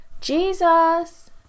Jesus